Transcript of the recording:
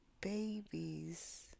babies